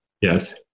Yes